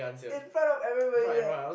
in font of everybody there